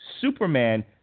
Superman